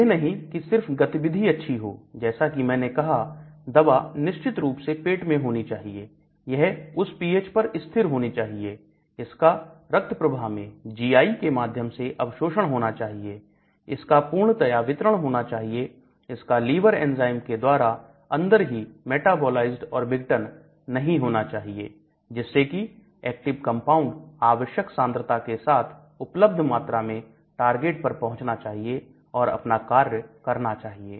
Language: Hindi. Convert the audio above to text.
यह नहीं है कि सिर्फ गतिविधि अच्छी हो जैसा कि मैंने कहा दवा निश्चित रूप से पेट में होनी चाहिए यह उस पीएच पर स्थिर होनी चाहिए इसका रक्तप्रवाह मैं GI के माध्यम से अवशोषण होना चाहिए इस का पूर्णतया वितरण होना चाहिए इसका लीवर एंजाइम के द्वाराअंदर ही मेटाबोलाइज्ड और विघटन नहीं होना चाहिए जिससे कि एक्टिव कंपाउंड आवश्यक सांद्रता के साथ उपलब्ध मात्रा में टारगेट पर पहुंचना चाहिए और अपना कार्य करना चाहिए